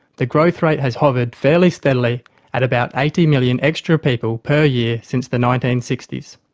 the growth rate has hovered fairly steadily at about eighty million extra people per year since the nineteen sixty s.